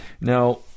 now